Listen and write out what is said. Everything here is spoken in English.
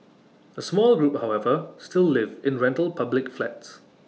A small group however still live in rental public flats